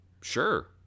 sure